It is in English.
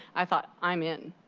i thought, i am in.